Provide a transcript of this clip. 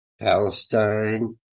Palestine